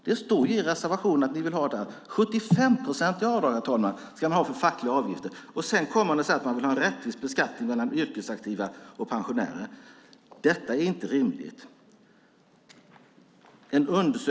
Det står i er reservation att ni vill ha 75-procentiga avdrag för fackliga avgifter. Sedan kommer ni och säger att ni vill ha en rättvis beskattning mellan yrkesaktiva och pensionärer. Det är inte rimligt. Herr talman!